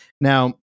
Now